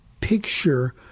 picture